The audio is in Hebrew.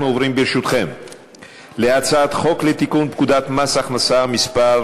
אנחנו עוברים להצעת חוק לתיקון פקודת מס הכנסה (מס'